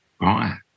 right